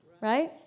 right